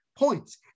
Points